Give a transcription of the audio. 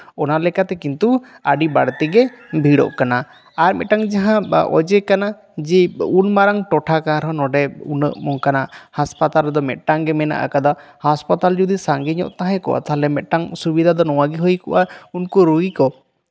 ᱚᱱᱟᱞᱮᱠᱟᱛᱮ ᱠᱤᱱᱛᱩ ᱟᱹᱰᱤ ᱵᱟᱹᱲᱛᱤᱜᱮ ᱵᱷᱤᱲᱚᱜ ᱠᱟᱱᱟ ᱟᱨ ᱢᱤᱫᱴᱟᱝ ᱡᱟᱦᱟᱸ ᱚᱡᱮ ᱠᱟᱱᱟ ᱡᱮ ᱩᱱ ᱢᱟᱨᱟᱝ ᱴᱚᱴᱷᱟ ᱠᱟᱱ ᱨᱮᱦᱚᱸ ᱱᱚᱸᱰᱮ ᱩᱱᱟᱹᱜ ᱚᱱᱠᱟᱱᱟᱜ ᱦᱟᱸᱥᱯᱟᱛᱟᱞ ᱫᱚ ᱢᱤᱫᱴᱟᱝ ᱜᱮ ᱢᱮᱱᱟᱜ ᱟᱠᱟᱫᱟ ᱦᱟᱸᱥᱯᱟᱛᱟᱞ ᱡᱩᱫᱤ ᱥᱟᱸᱜᱮ ᱜᱮ ᱛᱟᱦᱮᱸ ᱠᱚᱜᱼᱟ ᱛᱟᱞᱦᱮ ᱢᱤᱫᱴᱟᱝ ᱥᱩᱵᱤᱫᱟ ᱫᱚ ᱱᱚᱶᱟ ᱜᱮ ᱦᱩᱭ ᱠᱚᱜᱼᱟ ᱩᱱᱠᱩ ᱨᱩᱜᱤ ᱠᱚ